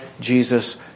Jesus